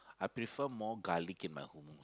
I prefer more garlic in my who move